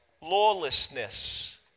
lawlessness